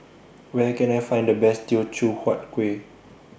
Where Can I Find The Best Teochew Huat Kuih